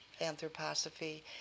anthroposophy